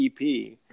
EP